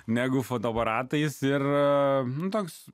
negu fotoaparatais ir toks